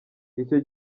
icyo